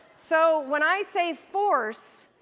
so, when i say force,